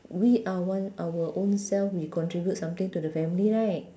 we are one our own self we contribute something to the family right